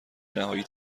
نهایی